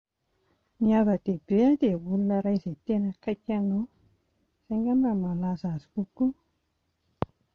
Ny ava-dehibe dia ny olona iray izay tena akaiky anao, izay angamba no mahalaza azy kokoa